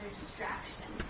distraction